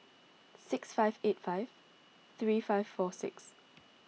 six five eight five three five four six